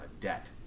debt